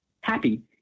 happy